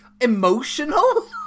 emotional